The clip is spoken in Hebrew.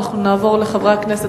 אנחנו נעבור לחברי הכנסת.